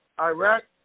Iraq